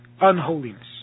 unholiness